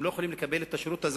הם לא יכולים לקבל את השירות האזרחי,